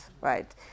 right